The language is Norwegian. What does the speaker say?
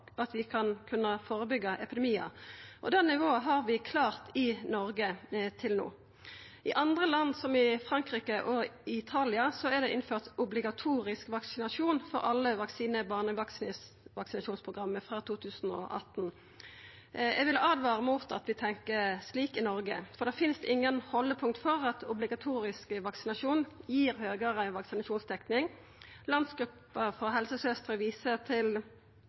nivået har vi klart i Noreg til no. I andre land, som i Frankrike og Italia, er det innført obligatorisk vaksinasjon for alle vaksinar i barnevaksinasjonsprogrammet frå 2018. Eg vil åtvara mot at vi tenkjer slik i Noreg, for det finst ingen haldepunkt for at obligatorisk vaksinasjon gir høgare vaksinasjonsdekning. Landsgruppen av helsesøstre viser til